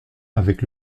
avec